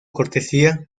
cortesía